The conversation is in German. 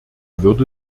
würde